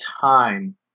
time